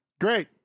great